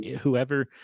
whoever